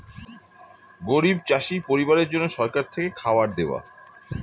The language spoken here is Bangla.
গরিব চাষি পরিবারের জন্য সরকার থেকে খাবার দেওয়া